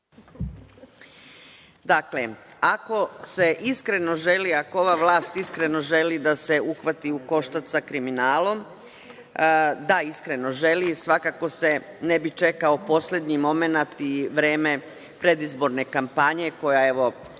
Dakle, ako se iskreno želi, ako ova vlast iskreno želi da se uhvati u koštac sa kriminalom, da iskreno želi, svakako se ne bi čekao poslednji momenat i vreme predizborne kampanje koja još